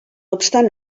obstant